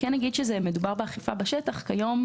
נגיד שמדובר באכיפה בשטח, וכיום